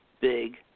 big